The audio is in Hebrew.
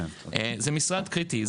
זה משרד קריטי.